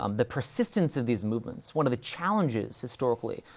um the persistence of these movements one of the challenges, historically,